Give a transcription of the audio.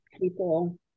people